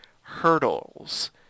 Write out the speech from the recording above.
hurdles